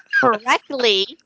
correctly